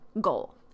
goal